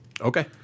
Okay